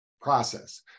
process